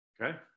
Okay